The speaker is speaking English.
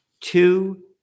two